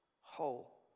whole